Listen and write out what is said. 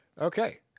Okay